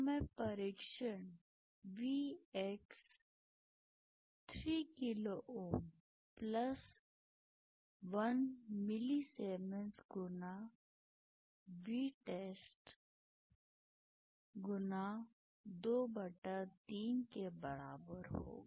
तो मैं परीक्षण Vx3 किलोΩ1 मिलीसीमेंस गुणा Vtest⅔ के बराबर होगा